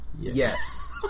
Yes